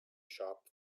shop